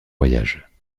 voyage